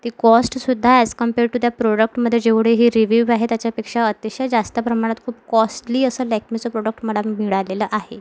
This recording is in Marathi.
ती कॉस्टसुध्दा अॅज कंपेर टू त्या प्रोडक्टमदे जेवढे हे जे रिव्यू आहे त्याच्यापेक्षा अतिशय जास्त प्रमाणात खूप कॉस्टली असं लॅकमेचं प्रोडक्ट मला मिळालेलं आहे